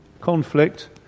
conflict